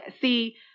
see